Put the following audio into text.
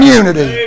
unity